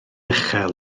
uchel